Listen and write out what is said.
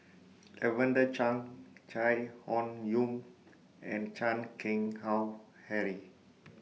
Lavender Chang Chai Hon Yoong and Chan Keng Howe Harry